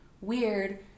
weird